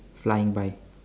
flying by